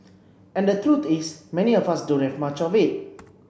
and the truth is many of us don't have much of it